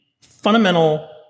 fundamental